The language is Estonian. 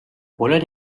pole